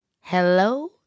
Hello